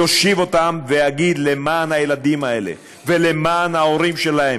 להושיב אותם ולהגיד: למען הילדים האלה ולמען ההורים שלהם,